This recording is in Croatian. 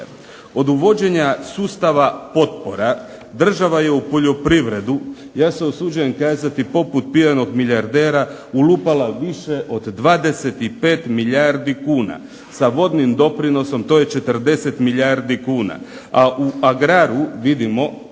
Od uvođenja sustava potpora država je u poljoprivredu, ja se usuđujem kazati poput pijanog milijardera ulupala više od 25 milijardi kuna. Sa vodnim doprinosom to je 40 milijardi kuna, a u agraru vidimo